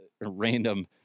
random